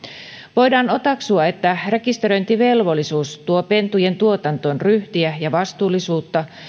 voidaan otaksua että rekisteröintivelvollisuus tuo pentujen tuotantoon ryhtiä ja vastuullisuutta